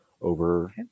over